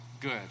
good